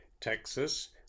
Texas